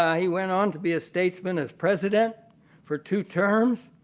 ah he went on to be a statesman as president for two terms.